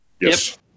Yes